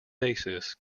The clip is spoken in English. basis